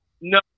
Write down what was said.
No